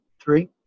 Three